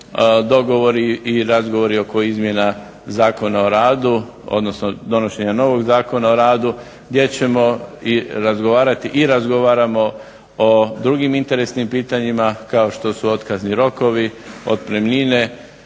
dogovori i razgovori oko izmjena Zakona o radu, odnosno donošenja novog Zakona o radu gdje ćemo razgovarati i razgovaramo o drugim interesnim pitanjima kao što su otkazni rokovi, otpremnine,